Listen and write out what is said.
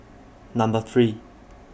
Number three